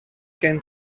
gen